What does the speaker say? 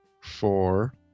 Four